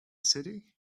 city